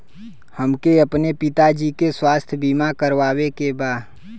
हमके अपने पिता जी के स्वास्थ्य बीमा करवावे के बा?